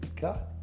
God